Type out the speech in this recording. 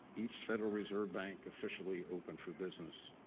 each federal reserve bank officially opened for business.